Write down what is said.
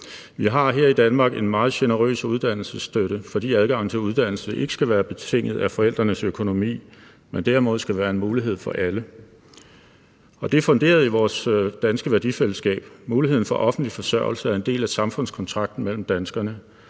Vi har her i Danmark en meget generøs uddannelsesstøtte, fordi adgangen til uddannelse ikke skal være betinget af forældrenes økonomi, men derimod skal være en mulighed for alle. Det er funderet i vores danske værdifællesskab. Muligheden for offentlig forsørgelse er en del af samfundskontrakten mellem danskerne,